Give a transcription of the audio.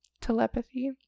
telepathy